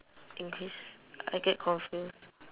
increase I get confused